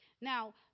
Now